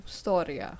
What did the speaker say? story